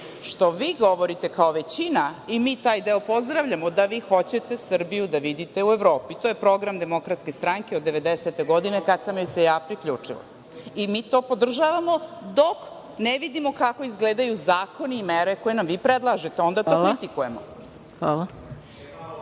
što vi govorite kao većina i mi taj deo pozdravljamo da vi hoćete Srbiju da vidite u Evropi. To je program DS od 1990. godine kada sam joj se ja priključila, i mi to podržavamo dok ne vidimo kako izgledaju zakoni i mere koje nam vi predlažete, onda to kritikujemo. Vučić